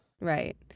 Right